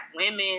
women